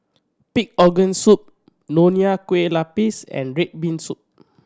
pig organ soup Nonya Kueh Lapis and red bean soup